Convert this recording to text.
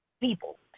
people